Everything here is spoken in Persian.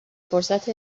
فرصت